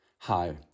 hi